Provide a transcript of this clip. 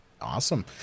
Awesome